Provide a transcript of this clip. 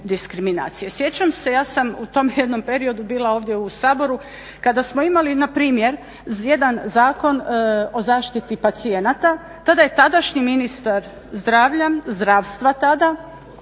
Sjećam se, ja sam u tom jednom periodu bila ovdje u Saboru kada smo imali npr. jedan zakon o zaštiti pacijenata, tada je tadašnji ministar zdravlja, zdravstva tada